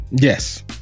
Yes